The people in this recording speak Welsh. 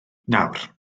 nawr